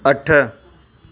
अठ